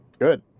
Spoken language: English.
good